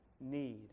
need